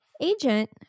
agent